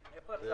עודד,